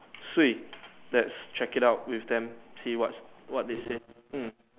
swee lets check it out with them see what's what they say um